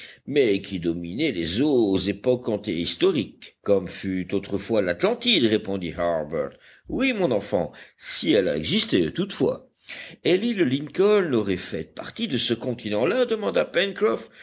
mais qui dominait les eaux aux époques antéhistoriques comme fut autrefois l'atlantide répondit harbert oui mon enfant si elle a existé toutefois et l'île lincoln aurait fait partie de ce continent là demanda